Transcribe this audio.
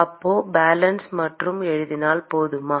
அப்போ பேலன்ஸ் மட்டும் எழுதினால் போதுமா